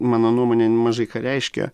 mano nuomonė jin mažai ką reiškia